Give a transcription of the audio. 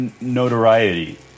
notoriety